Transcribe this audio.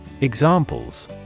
Examples